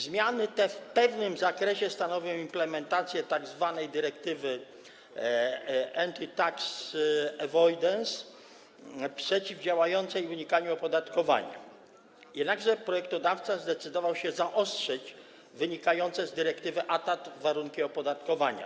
Zmiany te w pewnym zakresie stanowią implementację tzw. dyrektywy Anti-Tax Avoidance przeciwdziałającej unikaniu opodatkowania, jednakże projektodawca zdecydował się zaostrzyć wynikające z dyrektywy ATAD warunki opodatkowania.